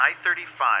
I-35